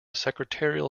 secretarial